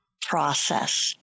process